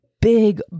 big